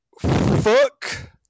fuck